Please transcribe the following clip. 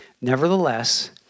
Nevertheless